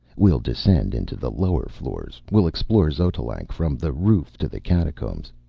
we'll descend into the lower floors. we'll explore xotalanc from the roof to the catacombs.